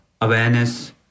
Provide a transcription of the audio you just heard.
awareness